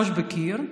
ראש בקיר,